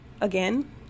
again